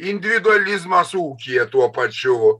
individualizmas ūkyje tuo pačiu